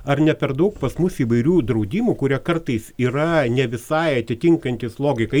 ar ne per daug pas mus įvairių draudimų kurie kartais yra ne visai atitinkantys logiką